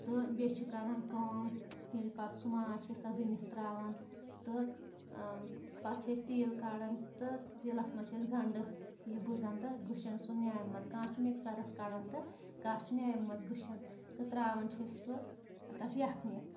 تہٕ بیٚیہِ چھِ کَران کٲم ییٚلہِ پَتہٕ سُہ ماز چھِ أسۍ تَتھ دُنِتھ ترٛاوان تہٕ پَتہٕ چھِ أسۍ تیٖل کَاران تہٕ تیٖلَس منٛز چھِ أسۍ گنٛڈٕ یہِ بٕزان تہٕ گٔشَن سُہ نِیامہِ منٛز کانٛہہ چھُ مِکسرَس کَڑان تہٕ کانٛہہ چھُ نِیامہِ منٛز گٔشَن تہٕ تراوان چھِ أسۍ سُہ تَتھ یَکھنِہ